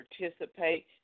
participate